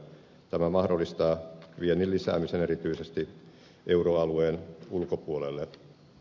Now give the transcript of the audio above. tämä mahdollistaa viennin lisäämisen erityisesti euroalueen ulkopuolelle